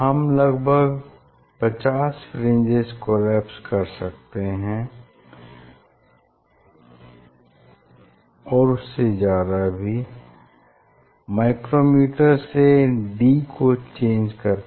हम लगभग 50 fringes collapse कर सकते हैं माइक्रोमीटर से d को चेंज करके